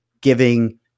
giving